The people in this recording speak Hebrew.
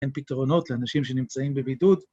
אין פתרונות לאנשים שנמצאים בבידוד.